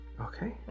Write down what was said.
Okay